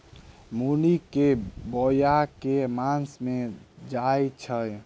मूली केँ बोआई केँ मास मे कैल जाएँ छैय?